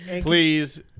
Please